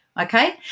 Okay